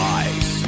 eyes